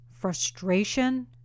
frustration